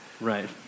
Right